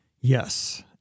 Yes